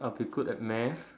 I'll be put at math